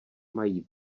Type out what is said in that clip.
mají